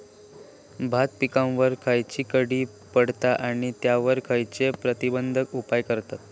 भात पिकांवर खैयची कीड पडता आणि त्यावर खैयचे प्रतिबंधक उपाय करतत?